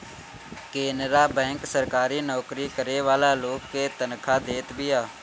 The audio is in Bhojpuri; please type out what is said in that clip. केनरा बैंक सरकारी नोकरी करे वाला लोग के तनखा देत बिया